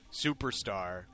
superstar